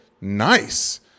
nice